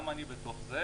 גם אני בתוך זה,